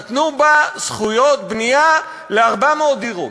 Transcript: נתנו בה זכויות בנייה ל-400 דירות.